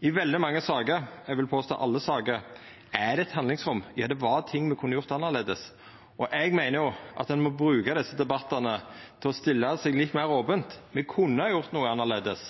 I veldig mange saker – eg vil påstå alle saker – er det eit handlingsrom, det var ting me kunne gjort annleis. Eg meiner at ein må bruka desse debattane til å stilla seg litt meir ope. Me kunne ha gjort noko annleis,